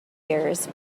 years